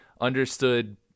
understood